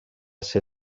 ser